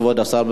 כבוד השר,